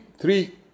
three